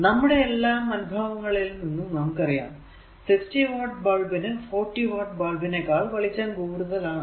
നമ്മുടെ എല്ലാം അനുഭവങ്ങളിൽ നിന്നും നമുക്കറിയാം 60 വാട്ട് ബൾബ് നു 40 വാട്ട് ബൾബിനെക്കാൾ വെളിച്ചം കൂടുതൽ ആണ്